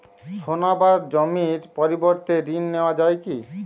সোনা বা জমির পরিবর্তে ঋণ নেওয়া যায় কী?